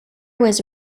was